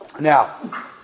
Now